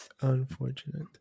Unfortunate